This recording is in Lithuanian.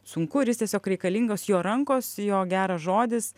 sunku ir jis tiesiog reikalingas jo rankos jo geras žodis